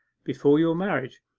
before your marriage,